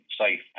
safe